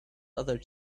other